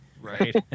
right